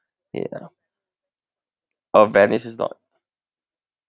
yeah oh venice is not